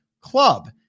club